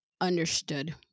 understood